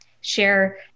share